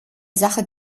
sache